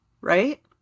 right